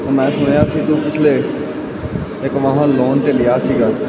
ਉਹ ਮੈਂ ਸੁਣਿਆ ਸੀ ਤੂੰ ਪਿਛਲੇ ਇੱਕ ਵਾਹਨ ਲੋਨ 'ਤੇ ਲਿਆ ਸੀਗਾ